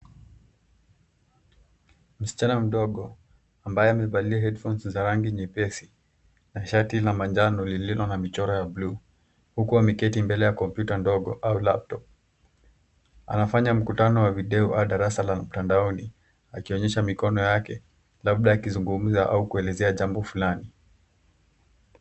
Msichana mdogo ambaye amevalia headphones za rangi nyepesi na shati la manjano lililo na michoro ya bluu, ameketi mbele ya kompyuta ndogo au laptop . Anafanya mkutano wa video au darasa la mtandaoni, akionyesha mikono yake labda akizungumza au kuelezea jambo fulani.